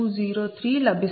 0203 లభిస్తుంది